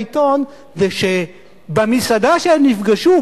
אבל מה שכתבו בעיתון זה שבמסעדה שהם נפגשו,